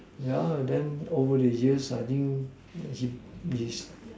yeah then over the years I think he is